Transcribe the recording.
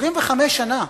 25 שנה.